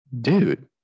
Dude